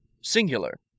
Singular